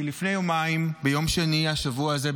כי לפני יומיים ביום שני השבוע הזה,